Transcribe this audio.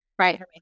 Right